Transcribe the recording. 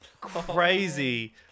crazy